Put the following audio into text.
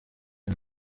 and